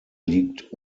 liegt